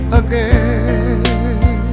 again